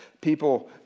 people